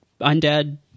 undead